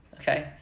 Okay